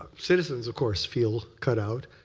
citizens, of course, feel cut out.